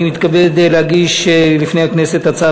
אני מתכבד להגיש לפני הכנסת את הצעת